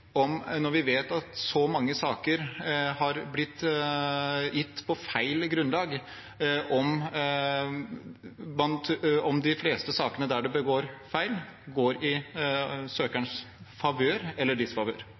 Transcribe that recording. om statsråden, når vi vet at så mange saker har blitt behandlet på feil grunnlag, har gjort seg opp noen mening om de fleste sakene der det begås feil, går i søkerens favør, eller